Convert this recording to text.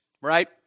right